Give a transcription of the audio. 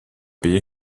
der